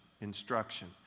instruction